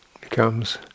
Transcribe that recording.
becomes